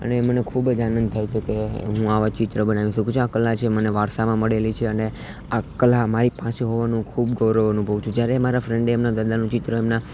અને મને ખૂબ જ આનંદ થાય છે કે હું આવાં ચિત્ર બનાવી શકું છું આ કલા છે મને વારસામાં મળેલી છે અને આ કલા મારી પાસે હોવાનું ખૂબ ગૌરવ અનુભવું છું જ્યારે એ મારા ફ્રેન્ડે એમના દાદાનું ચિત્ર એમના